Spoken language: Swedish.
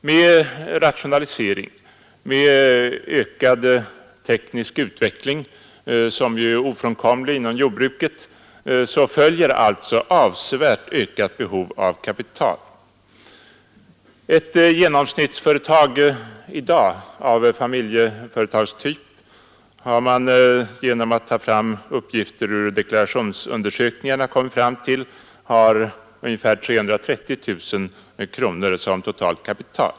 Med rationalisering, med ökad teknisk utveckling som ju är ofrånkomlig inom jordbruket, följer alltså avsevärt ökat behov av kapital. Genom att ta fram uppgifter ur deklarationsundersökningarna har man kommit fram till att ett genomsnittsföretag av familjeföretagstyp i dag har ungefär 330 000 kronor som totalt kapital.